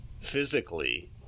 physically